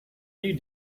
you